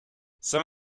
some